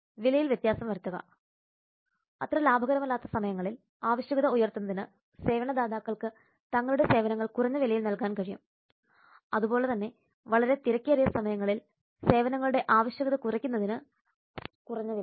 വിലയിൽ വ്യത്യാസം വരുത്തുക അത്ര ലാഭകരമല്ലാത്ത സമയങ്ങളിൽ ആവശ്യകത ഉയർത്തുന്നതിന് സേവനദാതാക്കൾക്ക് തങ്ങളുടെ സേവനങ്ങൾ കുറഞ്ഞവിലയിൽ നൽകാൻ കഴിയും അതുപോലെതന്നെ വളരെ തിരക്കേറിയ സമയങ്ങളിൽ സേവനങ്ങളുടെ ആവശ്യകത കുറയ്ക്കുന്നതിന് ഉയർന്ന വിലയും